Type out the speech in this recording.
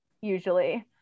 usually